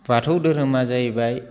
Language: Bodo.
बाथौ धोरोमा जाहैबाय